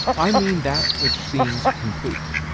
i mean that which seems complete.